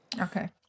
Okay